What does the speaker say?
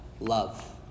Love